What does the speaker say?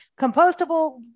Compostable